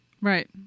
Right